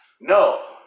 No